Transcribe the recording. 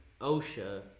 OSHA